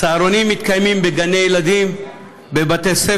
הצהרונים מתקיימים בגני הילדים ובבתי-הספר